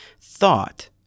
thought